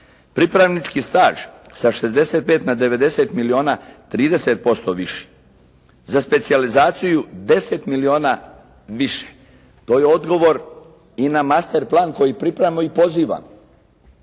Pripravnički staž sa 65 na 90 milijuna, 30% više. Za specijalizaciju 10 milijuna više. To je odgovor i na master plan koji pripremamo i pozivamo